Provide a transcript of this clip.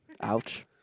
Ouch